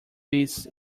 beasts